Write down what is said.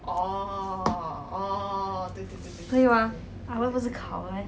oven 不是烤的 meh